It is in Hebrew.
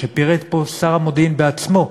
שפירט פה שר המודיעין בעצמו,